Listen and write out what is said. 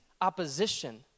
opposition